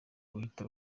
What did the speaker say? guhita